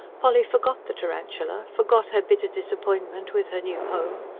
polly forgot the tarantula, forgot her bitter disappointment with her new home.